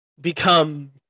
become